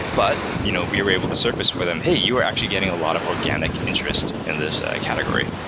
but you know we were able to surface for them, hey! you are actually getting a lot of organic interest in this category,